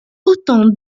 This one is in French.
autant